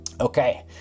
okay